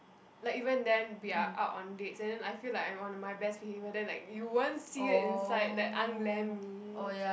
like even then we are out on dates and then I feel like I'm on my best behavior then like you won't see it inside that unglam me